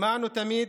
שמענו תמיד,